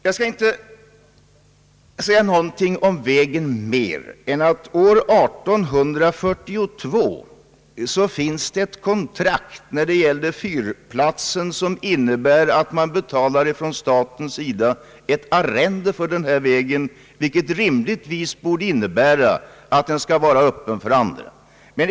Jag skall inte säga något mer om vägen än att från år 1842 finns ett kontrakt när det gäller fyrplatsen, vilket innebär att staten betalar en arrendeavgift för den här vägen. Detta borde rimligen innebära att vägen skall vara öppen för alla.